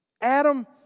Adam